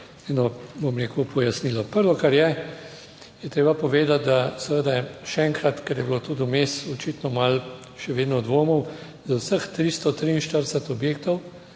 eno, bom rekel, pojasnilo. Prvo, kar je je treba povedati, da seveda še enkrat, ker je bilo tudi vmes očitno malo še vedno dvomov, za vseh 343 objektov